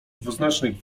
dwuznacznych